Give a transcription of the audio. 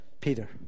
Peter